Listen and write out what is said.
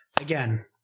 again